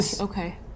okay